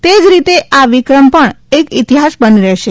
તે જ રીતે આ વિક્રમ પણ એક ઇતિહાસ બનીને રહેશે